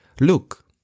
look